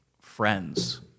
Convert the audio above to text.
friends